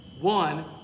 one